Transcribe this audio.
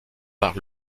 par